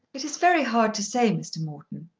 it is very hard to say, mr. morton.